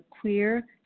queer